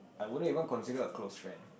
I wouldn't even consider a close friend